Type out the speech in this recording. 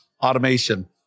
automation